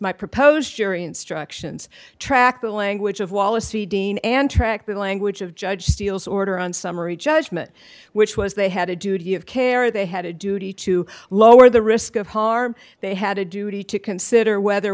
my proposed jury instructions track the language of wallasey deen and track the language of judge steele's order on summary judgment which was they had a duty of care they had a duty to lower the risk of harm they had a duty to consider whether